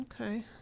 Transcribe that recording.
Okay